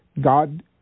God